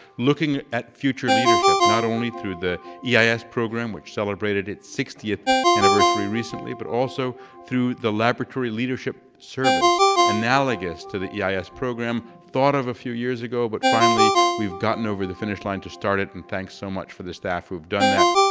looking at future leadership not only through the yeah eis program which celebrated its sixtieth anniversary recently, but also through the laboratory leadership service analogous to the yeah eis program, thought of a few years ago, but finally we've gotten over the finish line to start it, and thanks so much for the staff who have done that.